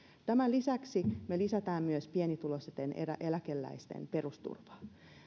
tämän lisäksi me lisäämme myös pienituloisten eläkeläisten perusturvaa